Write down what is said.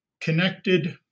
connected